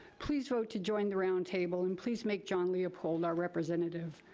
please vote to join the roundtable and please make john leopold our representative.